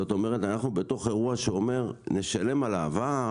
זאת אומרת אנחנו בתוך אירוע שאומר שנשלם על העבר,